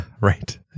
right